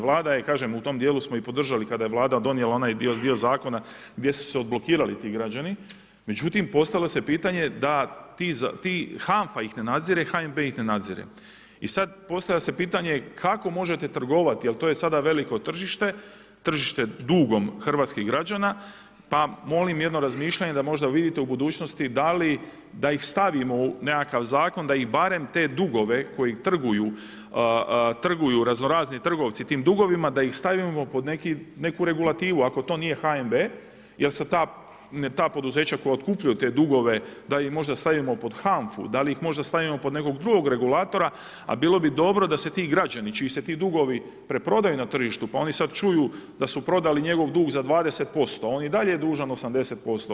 Vlada je kažem, u tom djelu smo i podržali kada je vlada donijela onaj dio zakona gdje su se odblokirali ti građani, međutim postavilo se pitanje da ti HANFA ih ne nadzire, HNB ih ne nadzire i sad postavlja se pitanje kako možete trgovati, jer to je sada veliko tržište, tržište dugom hrvatskih građana pa molim jedno razmišljanje da možda vidite u budućnosti da li da ih stavimo u nekakav zakon, da ih barem te dugove koji trguju, trguju razno razni trgovci tim dugovima da ih stavimo pod neku regulativu ako to nije HNB jer se ta poduzeća koja otkupljuju te dugove da ih možda stavimo pod HNFA-u, da li ih možda stavimo pod nekog drugog regulatora a bilo bi dobro da se ti građani čiji se ti dugovi preprodaju na tržištu, pa oni sada čuju da su prodali njegov dug za 20%, on je i dalje dužan 80%